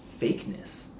fakeness